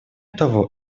того